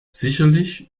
sicherlich